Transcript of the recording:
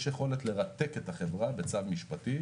יש יכולת לרתק את החברה בצו משפטי.